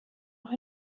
auch